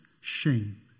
shame